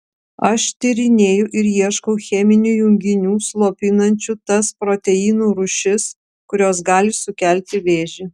aš tyrinėju ir ieškau cheminių junginių slopinančių tas proteinų rūšis kurios gali sukelti vėžį